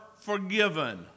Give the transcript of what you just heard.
forgiven